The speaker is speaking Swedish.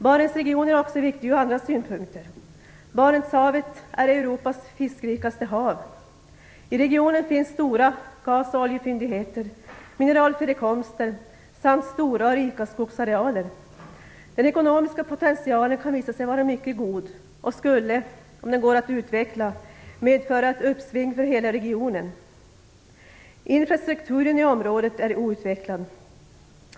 Barentsregionen är också viktig ur andra synpunkter. Barentshavet är Europas fiskrikaste hav. I regionen finns stora gas och oljefyndigheter, mineralförekomster samt stora och rika skogsarealer. Den ekonomiska potentialen kan visa sig vara mycket god och skulle, om den går att utveckla, medföra ett uppsving för hela regionen. Infrastrukturen är outvecklad.